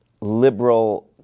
liberal